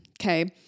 Okay